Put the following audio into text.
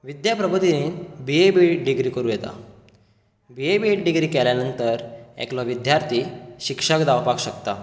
Vidyaprabodhini B A B Ed degree करूं येता B A B Ed degree शिक्षक जावपाक शकता